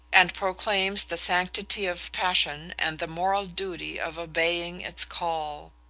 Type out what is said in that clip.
and proclaims the sanctity of passion and the moral duty of obeying its call.